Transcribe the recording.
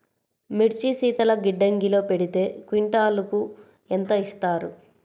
మిర్చి శీతల గిడ్డంగిలో పెడితే క్వింటాలుకు ఎంత ఇస్తారు?